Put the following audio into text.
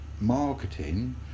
marketing